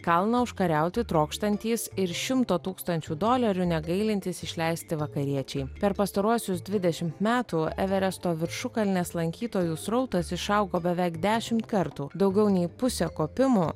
kalną užkariauti trokštantys ir šimto tūkstančių dolerių negailintys išleisti vakariečiai per pastaruosius dvidešimt metų everesto viršukalnės lankytojų srautas išaugo beveik dešimt kartų daugiau nei pusė kopimo